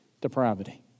depravity